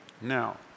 Now